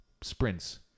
sprints